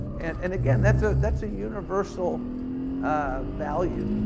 and and, again, that's ah that's a universal value.